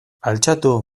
altxatu